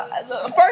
first